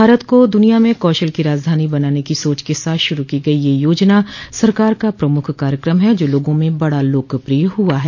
भारत को द्निया में कौशल की राजधानी बनाने की सोच के साथ शुरू की गई यह योजना सरकार का प्रमुख कार्यक्रम है जो लोगों में बड़ा लोकप्रिय हुआ है